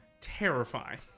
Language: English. Terrifying